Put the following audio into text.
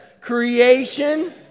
Creation